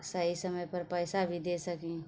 सही समय पर पैसा भी दे सकें